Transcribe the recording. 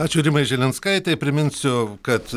ačiū rimai žilinskaitei priminsiu kad